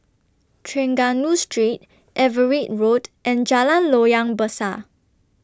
Trengganu Street Everitt Road and Jalan Loyang Besar